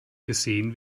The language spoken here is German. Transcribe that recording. gesehen